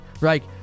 right